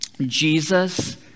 Jesus